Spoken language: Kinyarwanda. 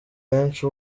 benshi